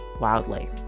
wildly